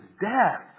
death